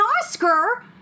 Oscar